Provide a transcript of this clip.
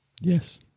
Yes